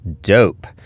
dope